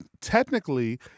technically